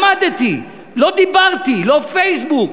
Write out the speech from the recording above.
למדתי, לא דיברתי, לא פייסבוק.